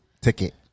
Ticket